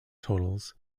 totals